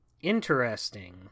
Interesting